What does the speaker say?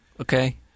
Okay